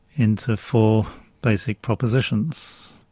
into four basic propositions,